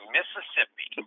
Mississippi